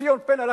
ציון פיניאן,